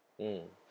mm